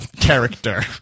character